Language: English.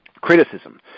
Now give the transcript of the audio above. criticism